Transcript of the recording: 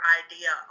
idea